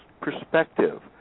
perspective